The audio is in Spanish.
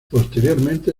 posteriormente